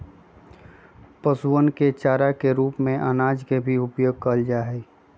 पशुअन के चारा के रूप में अनाज के भी उपयोग कइल जाहई